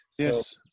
Yes